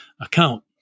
account